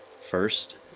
first